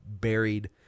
buried